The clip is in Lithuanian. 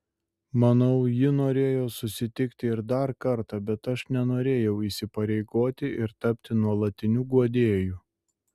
manau ji norėjo susitikti ir dar kartą bet aš nenorėjau įsipareigoti ir tapti nuolatiniu guodėju